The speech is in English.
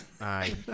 Aye